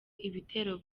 ibitero